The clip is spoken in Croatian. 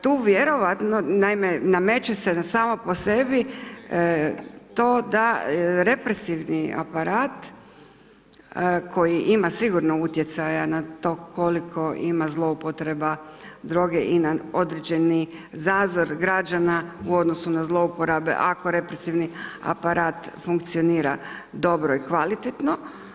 Tu vjerojatno, naime, nameće samo po sebi, to da represivni aparat, koji ima sigurno na utjecaja na to koliko ima zloupotreba droga i na određeni zazor građana u odnosu na zlouporabe, ako represivni aparat funkcionira dobro i kvalitetno.